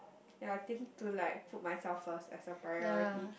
ya take it to like put myself first as a priority